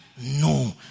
No